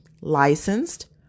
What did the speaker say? licensed